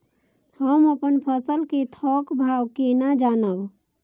हम अपन फसल कै थौक भाव केना जानब?